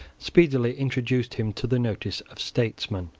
speedily introduced him to the notice of statesmen.